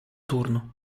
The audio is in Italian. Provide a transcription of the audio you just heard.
turno